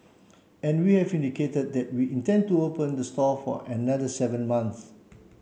and we have indicated that we intend to open the store for another seven months